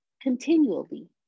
Continually